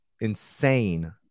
insane